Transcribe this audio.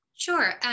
Sure